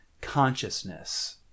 consciousness